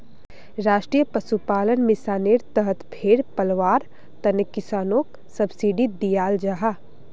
राष्ट्रीय पशुपालन मिशानेर तहत भेड़ पलवार तने किस्सनोक सब्सिडी दियाल जाहा